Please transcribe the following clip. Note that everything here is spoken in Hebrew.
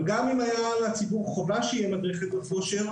אבל גם אם היה על הציבור חובה שיהיה מדריך חדר כושר,